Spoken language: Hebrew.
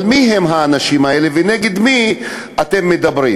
אבל מי הם האנשים האלה ונגד מי אתם מדברים?